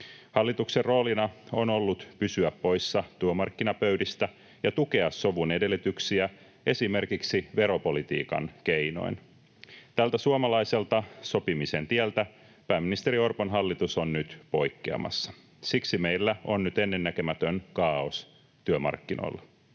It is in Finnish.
Hallituksen roolina on ollut pysyä poissa työmarkkinapöydistä ja tukea sovun edellytyksiä esimerkiksi veropolitiikan keinoin. Tältä suomalaiselta sopimisen tieltä pääministeri Orpon hallitus on nyt poikkeamassa. Siksi meillä on nyt ennennäkemätön kaaos työmarkkinoilla.